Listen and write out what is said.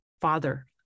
Father